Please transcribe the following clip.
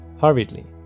Hurriedly